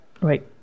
right